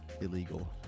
illegal